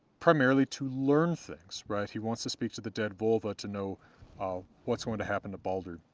primarily to learn things, right he wants to speak to the dead volva to know ah what's going to happen to baldr.